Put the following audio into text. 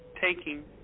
taking